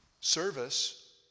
Service